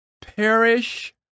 perish